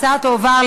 התשע"ד 2014,